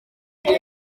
ydy